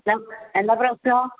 hello എന്താ പ്രശ്നം